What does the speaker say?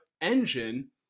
engine